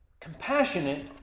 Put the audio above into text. compassionate